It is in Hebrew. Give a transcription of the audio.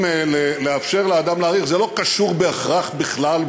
אם לאפשר לאדם להאריך זה לא קשור בהכרח בכלל,